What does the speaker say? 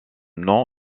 nom